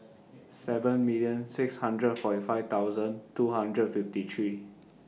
seven million six hundred forty five thousand two hundred fifty three